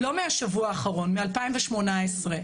לא מהשבוע האחרון, מ-2018.